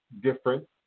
different